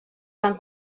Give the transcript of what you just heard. van